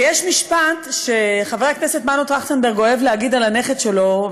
ויש משפט שחבר הכנסת מנו טרכטנברג אוהב להגיד על הנכד שלו,